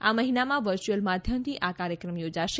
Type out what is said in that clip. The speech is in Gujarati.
આ મહિનામાં વર્ચ્યુઅલ માધ્યમથી આ કાર્યક્રમ યોજાશે